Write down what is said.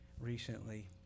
recently